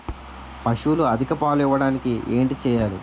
పశువులు అధిక పాలు ఇవ్వడానికి ఏంటి చేయాలి